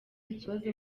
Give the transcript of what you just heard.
ikibazo